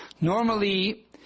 Normally